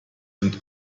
sind